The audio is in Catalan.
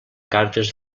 cartes